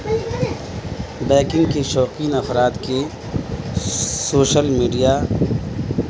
biking کی شوقین افراد کی سوشل میڈیا